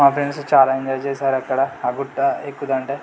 మా ఫ్రెండ్స్ చాలా ఎంజాయ్ చేసారు అక్కడ ఆ గుట్ట ఎక్కుతుంటే